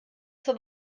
zur